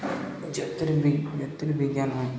ଜୋତିର୍ବିଜ୍ଞାନ